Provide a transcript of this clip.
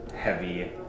Heavy